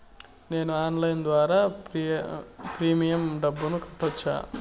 నేను ఆన్లైన్ ద్వారా ప్రీమియం డబ్బును కట్టొచ్చా?